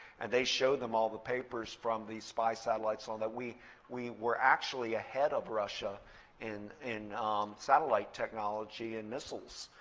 and they showed them all the papers from these spy satellites that we we were actually ahead of russia in in satellite technology and missiles.